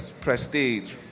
Prestige